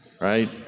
Right